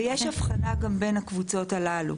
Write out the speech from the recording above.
ויש הבחנה גם בין הקבוצות הללו.